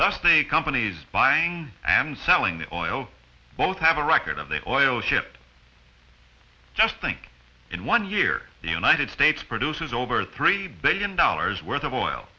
that's the companies buying and selling the oil both have a record of the oil shipped just think in one year the united states produces over three billion dollars worth of oil